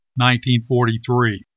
1943